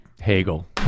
Hegel